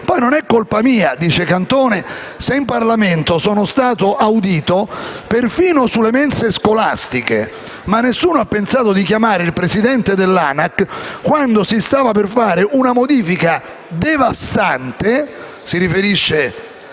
poi non è colpa mia se in Parlamento sono stato audito perfino sulle mense scolastiche, ma nessuno ha pensato di chiamare il Presidente dell'ANAC quando si stava per fare una modifica devastante» - riferendosi